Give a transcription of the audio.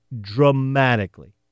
dramatically